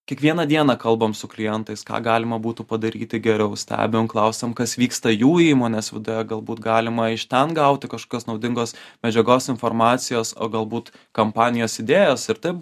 kiekvieną dieną kalbam su klientais ką galima būtų padaryti geriau stebim klausiam kas vyksta jų įmonės viduje galbūt galima iš ten gauti kažkokios naudingos medžiagos informacijos o galbūt kampanijos idėjos ir taip